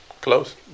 close